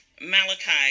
Malachi